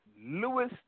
Lewis